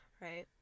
right